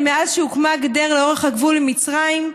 מאז הוקמה הגדר לאורך הגבול עם מצרים,